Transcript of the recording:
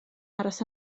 aros